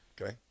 Okay